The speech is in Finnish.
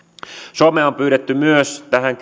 suomea on pyydetty myös tähän